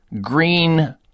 green